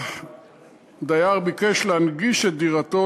הדייר ביקש להנגיש את דירתו,